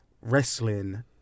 wrestling